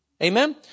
Amen